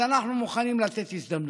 אז אנחנו מוכנים לתת הזדמנות.